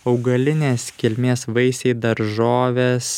augalinės kilmės vaisiai daržovės